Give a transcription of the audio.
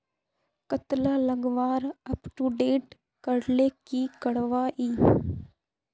कतला लगवार अपटूडेट करले की करवा ई?